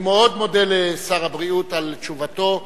אני מאוד מודה לשר הבריאות על תשובתו.